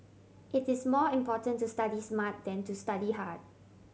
it is more important to study smart than to study hard